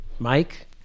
Mike